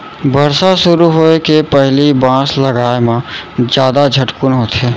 बरसा सुरू होए के पहिली बांस लगाए म जादा झटकुन होथे